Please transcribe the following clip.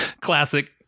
classic